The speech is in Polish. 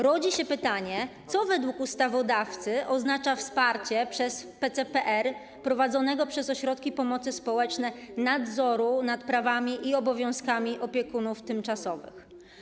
Rodzi się pytanie, co według ustawodawcy oznacza wspieranie przez prowadzone przez ośrodki pomocy społecznej PCPR nadzoru nad prawami i obowiązkami opiekunów tymczasowych.